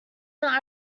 not